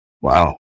Wow